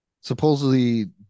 supposedly